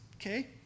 okay